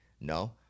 No